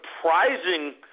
surprising